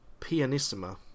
Pianissima